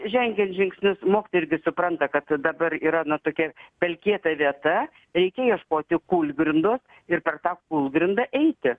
žengiant žingsnius mokytojai irgi supranta kad dabar yra na tokia pelkėta vieta reikia ieškoti kulgrindos ir per tą kūlgrindą eiti